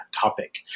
topic